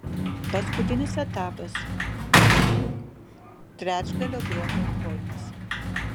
paskutinis etapas trečdalio grobio aukojimas